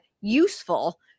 useful